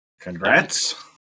Congrats